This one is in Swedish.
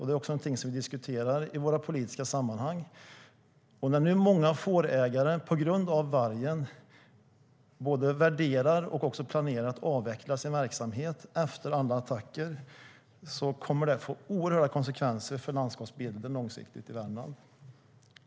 Det är också någonting som vi diskuterar i politiska sammanhang. När många fårägare nu på grund av vargen planerar att avveckla sin verksamhet efter alla attacker kommer det långsiktigt att få oerhört stora konsekvenser för landskapsbilden i Värmland.